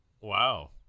Wow